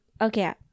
okay